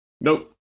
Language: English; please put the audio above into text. Nope